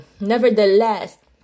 Nevertheless